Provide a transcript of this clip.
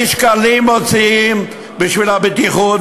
מוציאים אלפי שקלים בשביל הבטיחות,